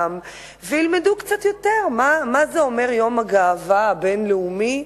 וילמדו קצת יותר מה אומר "יום הגאווה הבין-לאומי".